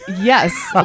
Yes